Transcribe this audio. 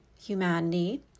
humanity